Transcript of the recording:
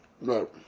No